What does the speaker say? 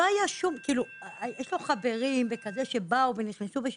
יש לו חברים שבאו ונכנסו.